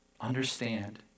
understand